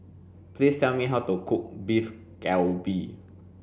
please tell me how to cook Beef Galbi